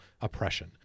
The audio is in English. oppression